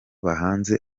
bahanze